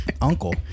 Uncle